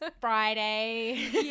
Friday